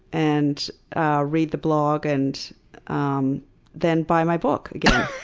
and read the blog and um then buy my book again.